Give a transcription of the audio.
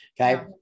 okay